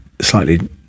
slightly